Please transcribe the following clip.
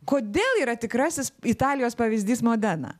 kodėl yra tikrasis italijos pavyzdys modena